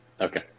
Okay